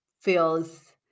feels